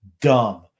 Dumb